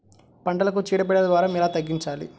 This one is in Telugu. పంటలకు చీడ పీడల భారం ఎలా తగ్గించాలి?